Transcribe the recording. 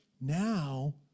Now